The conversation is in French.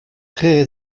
très